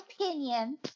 opinion